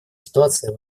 ситуация